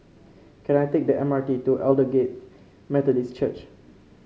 can I take the M R T to Aldersgate Methodist Church